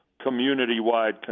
community-wide